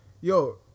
yo